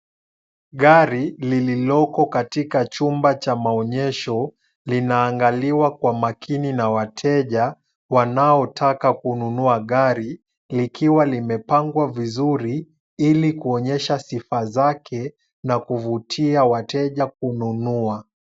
Gari lililoko katika nyumba ya maonyesho, linaangaliwa kwa makini na wateja wanaotaka kununua gari, likiwa limepangwa vizuri ili kuonyesha sifa zake na kuvutia wateja kununua.